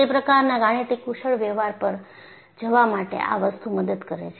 તે પ્રકારના ગાણિતિક કુશળ વ્યવહાર પર જવા માટે આ વસ્તુ મદદ કરે છે